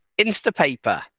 Instapaper